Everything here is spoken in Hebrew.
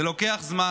זה לוקח זמן.